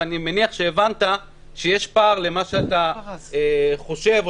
ואני מניח שהבנת שיש פער בין מה שאתה חושב או